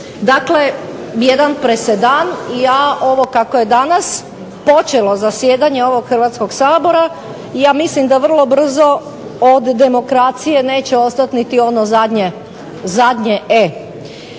Dakle, jedan presedan. Ja ovo kako je danas počelo zasjedanje ovog Hrvatskog sabora ja mislim da vrlo brzo od demokracije neće ostati niti ono zadnje e.